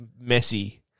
messy